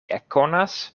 ekkonas